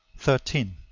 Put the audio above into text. thirteen.